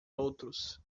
outros